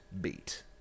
beat